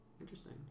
interesting